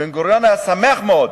בן-גוריון היה שמח מאוד,